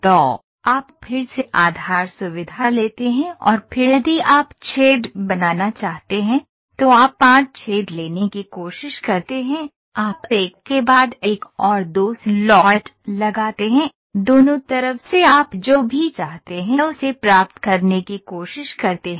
तो आप फिर से आधार सुविधा लेते हैं और फिर यदि आप छेद बनाना चाहते हैं तो आप 5 छेद लेने की कोशिश करते हैं आप एक के बाद एक और 2 स्लॉट लगाते हैं दोनों तरफ से आप जो भी चाहते हैं उसे प्राप्त करने की कोशिश करते हैं